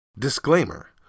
Disclaimer